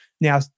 Now